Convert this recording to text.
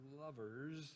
lovers